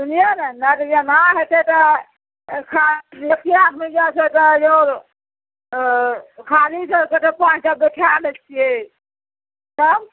सुनियौ ने नर या ना हइ छै तऽ एखन एक्के आदमी जाइ छै तऽ यौ अऽ खाली छै तऽ सबके पाँच टा बैठा लै छियै तब